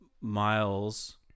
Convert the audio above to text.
Miles